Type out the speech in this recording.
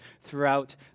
throughout